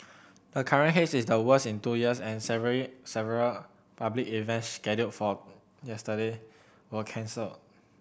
the current haze is the worst in two years and several public events scheduled for yesterday were cancelled